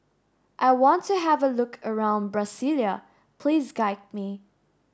I want to have a look around Brasilia Please guide me